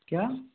क्या